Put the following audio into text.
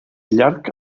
llarg